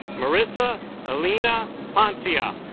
marisa elina ponciano